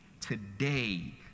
today